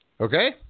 okay